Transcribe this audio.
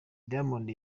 diamond